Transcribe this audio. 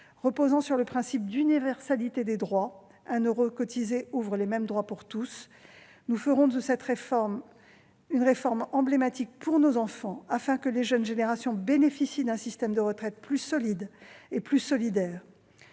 reposant sur le principe d'universalité des droits : un euro cotisé ouvre les mêmes droits pour tous. Nous ferons de cette réforme une réforme emblématique pour nos enfants, afin que les jeunes générations bénéficient d'un système de retraite plus solide et plus solidaire.